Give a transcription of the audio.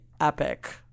epic